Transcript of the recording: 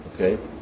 okay